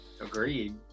Agreed